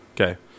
Okay